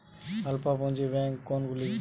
অল্প পুঁজি ব্যাঙ্ক কোনগুলি?